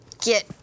Get